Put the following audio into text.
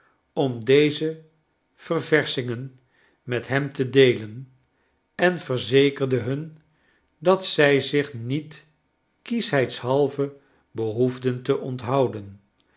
otn deze ververschingen met hem te deelen en verzekerde hun dat zij zich niet kieschheidshalve behoefden te onthouden